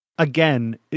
Again